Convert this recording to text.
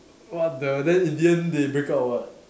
what the then in the end they break up or what